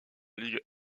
ligue